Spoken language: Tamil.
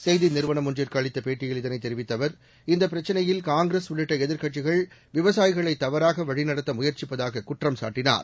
செய்தி நிறுவனம் ஒன்றுக்கு அளித்த பேட்டியில் இதனைத் தெரிவித்த அவர் இந்த பிரச்சினையில் காங்கிரஸ் உள்ளிட்ட எதிர்க்கட்சிகள் விவசாயிகளை தவறாக வழிநடத்த முயற்சிப்பதாக குற்றம்சாட்டினார்